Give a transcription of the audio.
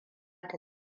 ta